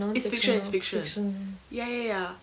it's fiction it's fiction ya ya ya